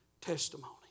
testimony